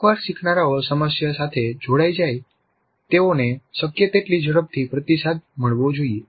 એકવાર શીખનારાઓ સમસ્યા સાથે જોડાઈ જાય તેઓને શક્ય તેટલી ઝડપથી પ્રતિસાદ મળવો જોઈએ